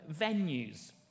venues